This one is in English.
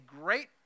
great